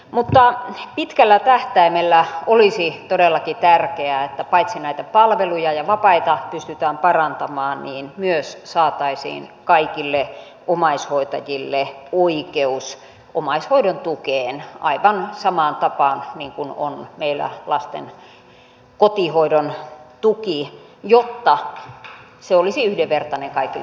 mutta pitkällä tähtäimellä olisi todellakin tärkeää että paitsi että näitä palveluja ja vapaita pystytään parantamaan niin myös saataisiin kaikille omaishoitajille oikeus omaishoidon tukeen aivan samaan tapaan niin kuin on meillä lasten kotihoidon tuki jotta se olisi yhdenvertainen kaikille omaishoitajille